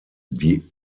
die